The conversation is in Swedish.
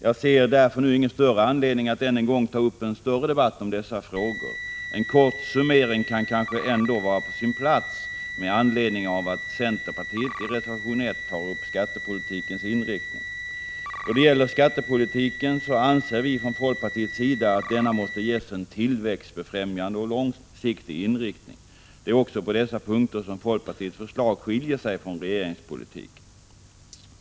Jag ser därför nu ingen större anledning att än en gång ta upp en längre debatt om dessa frågor. En kort summering kan kanske ändå vara på sin plats med anledning av att centern i reservation 1 tar upp skattepolitikens inriktning. Från folkpartiets sida anser vi att skattepolitiken måste ges en tillväxtbefrämjande och långsiktig inriktning. Det är också på denna punkt som folkpartiets förslag skiljer sig från regeringspolitiken.